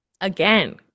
Again